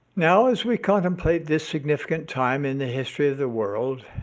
now as we contemplate this significant time in the history of the world,